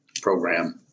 program